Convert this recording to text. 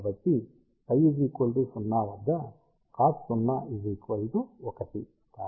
కాబట్టివద్ద φ 0 cos 0 1